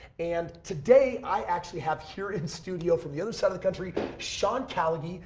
and today, i actually have here in studio from the other side of the country sean callagy.